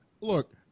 Look